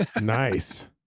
Nice